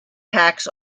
tax